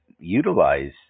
Utilize